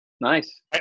nice